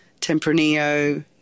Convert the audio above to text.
Tempranillo